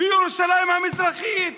בירושלים המזרחית,